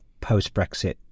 post-Brexit